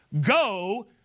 go